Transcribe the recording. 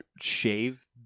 shave